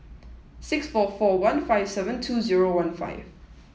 six four four one five seven two zero one five